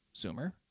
Zoomer